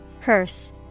Curse